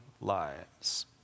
lives